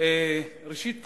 ראשית כול,